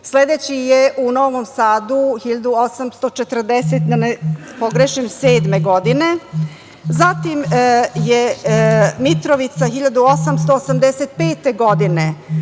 sledeći je u Novom Sadu 1847. godine, zatim je Mitrovica 1885. godine,